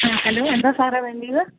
ആ ഹലോ എന്താ സാറെ വേണ്ടിയത്